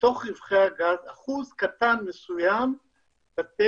מתוך רווחי הגז, אחוז קטן, מסוים לתת